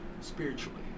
spiritually